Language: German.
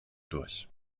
durch